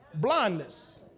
Blindness